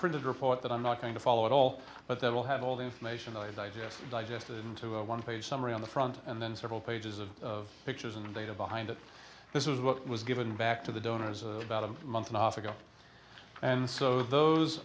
printed report that i'm not going to follow it all but that will have all the information i digest digested into a one page summary on the front and then several pages of of pictures and data behind it this is what was given back to the donors about a month and a half ago and so those